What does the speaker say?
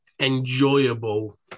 enjoyable